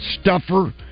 stuffer